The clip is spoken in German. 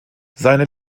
seine